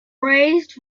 raised